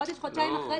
חודש-חודשיים אחרי,